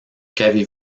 qu’avez